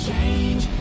change